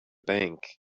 bank